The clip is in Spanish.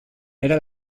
era